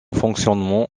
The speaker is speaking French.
fonctionnement